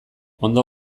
ondo